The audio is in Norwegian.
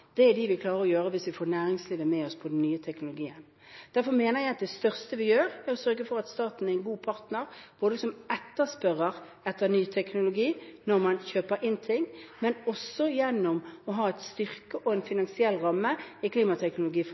klima er de vi klarer å gjøre hvis vi får næringslivet med oss på den nye teknologien. Derfor mener jeg at det største vi gjør, er å sørge for at staten er en god partner, både som etterspørrer etter ny teknologi når man kjøper inn ting, og også gjennom å ha en styrket finansiell ramme i